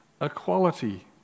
equality